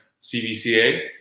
CBCA